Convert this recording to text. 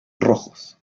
rojos